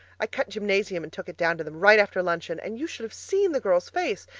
i cut gymnasium and took it down to them right after luncheon, and you should have seen the girl's face!